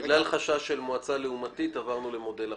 בגלל חשש ממועצה לעומתית עברנו למודל אחר.